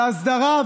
להסדרה,